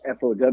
FOW